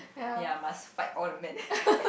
ya must fight all the men